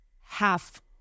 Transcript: Half